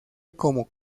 como